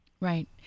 right